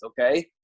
okay